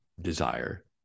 desire